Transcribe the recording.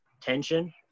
tension